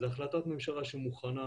זו החלטת ממשלה שהיא מוכנה,